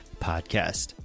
podcast